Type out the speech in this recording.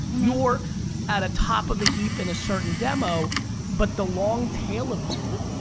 you're at a top of the heap in a certain demo but the long tail of you,